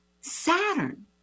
Saturn